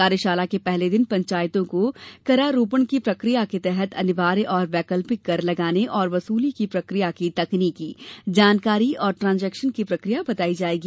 कार्यशाला के पहले दिन पंचायतों को करारोपण की प्रक्रिया के तहत अनिवार्य और वैकल्पिक कर लगाने और वसूली की प्रक्रिया की तकनीकी जानकारी और ट्रांजेक्शन की प्रक्रिया बताई जायेगी